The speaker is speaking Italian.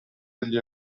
degli